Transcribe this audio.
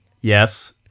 Yes